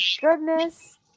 goodness